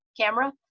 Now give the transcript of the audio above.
camera